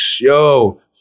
yo